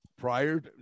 prior